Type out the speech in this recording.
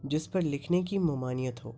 جس پر لکھنے کی ممانیت ہو